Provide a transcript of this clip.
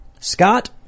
Scott